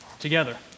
Together